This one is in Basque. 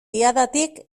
diadatik